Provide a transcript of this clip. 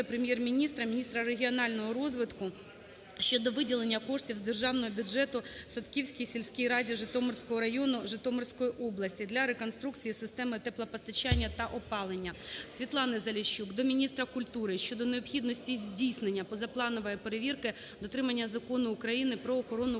віце-прем'єр-міністра, міністра регіонального розвитку щодо виділення коштів з державного бюджету Садківській сільській раді Житомирського району Житомирської області для реконструкції системи теплопостачання та опалення. СвітланиЗаліщук до міністра культури щодо необхідності здійснення позапланової перевірки дотримання Закону України "Про охорону